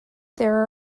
there